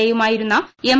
A യുമായിരുന്ന M